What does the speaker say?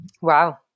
Wow